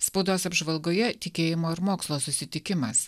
spaudos apžvalgoje tikėjimo ir mokslo susitikimas